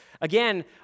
Again